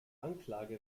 anklage